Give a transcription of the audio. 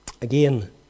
Again